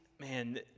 man